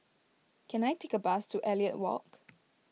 can I take a bus to Elliot Walk